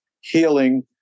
healing